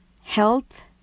health